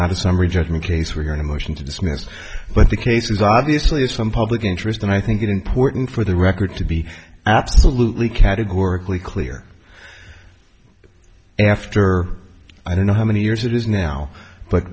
not a summary judgment case we're hearing a motion to dismiss but the case is obviously is from public interest and i think it important for the record to be absolutely categorically clear after i don't know how many years it is now but